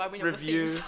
review